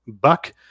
buck